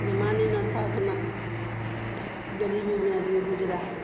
ज़माना ना था उतना ग़रीबी में आदमी गुज़ारा है